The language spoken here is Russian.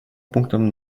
пунктам